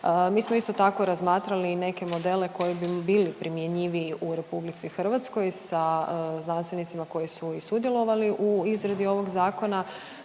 Mi smo isto tako razmatrali i neke modele koji bi bili primjenjiviji u RH sa znanstvenicima koji su i sudjelovali u izradi ovog zakona,